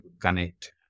connect